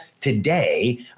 today